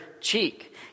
cheek